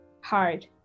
hard